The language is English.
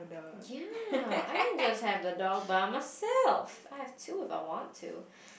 ya I can just have a dog by myself I can have two if I want to